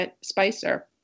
Spicer